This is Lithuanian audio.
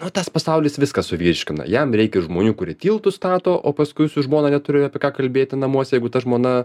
nu tas pasaulis viską suvirškina jam reikia žmonių kurie tiltus stato o paskui su žmona neturi apie ką kalbėti namuose jeigu ta žmona